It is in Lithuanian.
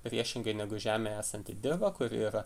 priešingai negu žemėje esanti dirva kuri yra